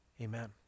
Amen